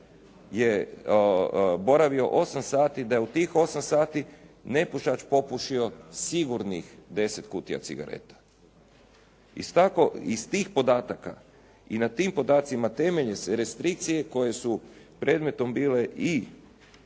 je boravio 8 sati, da je u tih 8 sati nepušač popušio sigurnih 10 kutija cigareta. Iz tih podataka i na tim podacima temelje se restrikcije koje su predmetom bile i